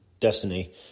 destiny